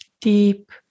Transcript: deep